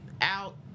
out